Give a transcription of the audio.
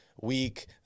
week